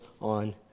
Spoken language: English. on